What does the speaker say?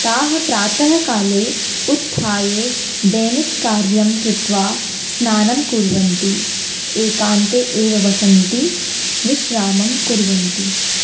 ताः प्रातःकाले उत्थाय दैनिककार्यं कृत्वा स्नानं कुर्वन्ति एकान्ते एव वसन्ति विश्रामं कुर्वन्ति